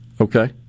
Okay